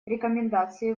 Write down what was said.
рекомендации